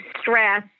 stress